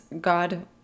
God